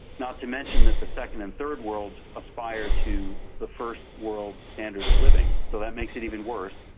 not to mention that the second and third worlds aspire to the first world standard of living, so that makes it even worse,